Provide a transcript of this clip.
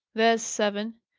there's seven!